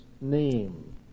name